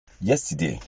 yesterday